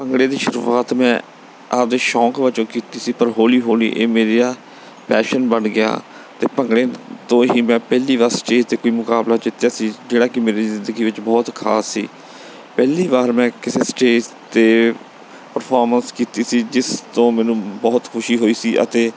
ਭੰਗੜੇ ਦੀ ਸ਼ੁਰੂਆਤ ਮੈਂ ਆਪਦੇ ਸ਼ੌਂਕ ਵਜੋਂ ਕੀਤੀ ਸੀ ਪਰ ਹੌਲੀ ਹੌਲੀ ਇਹ ਮੇਰਾ ਪੈਸ਼ਨ ਬਣ ਗਿਆ ਅਤੇ ਭੰਗੜੇ ਤੋਂ ਹੀ ਮੈਂ ਪਹਿਲੀ ਵਾਰ ਸਟੇਜ 'ਤੇ ਕੋਈ ਮੁਕਾਬਲਾ ਜਿੱਤਿਆ ਸੀ ਜਿਹੜਾ ਕਿ ਮੇਰੀ ਜ਼ਿੰਦਗੀ ਵਿੱਚ ਬਹੁਤ ਖਾਸ ਸੀ ਪਹਿਲੀ ਵਾਰ ਮੈਂ ਕਿਸੇ ਸਟੇਜ 'ਤੇ ਪ੍ਰਫੋਰਮੈਂਸ ਕੀਤੀ ਸੀ ਜਿਸ ਤੋਂ ਮੈਨੂੰ ਬਹੁਤ ਖੁਸ਼ੀ ਹੋਈ ਸੀ ਅਤੇ